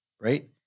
right